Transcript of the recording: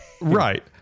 right